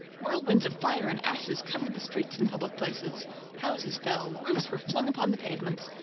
whirlwinds of fire and ashes covered the streets and public places houses fell, roofs were flung upon the pavements,